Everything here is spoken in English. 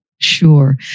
Sure